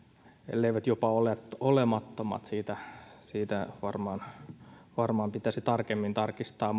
elleivät jopa olemattomat sitä pitäisi varmaan tarkemmin tarkistaa